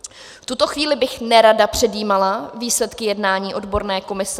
V tuto chvíli bych nerada předjímala výsledky jednání odborné komise.